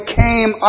came